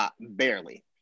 barely